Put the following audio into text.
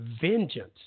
vengeance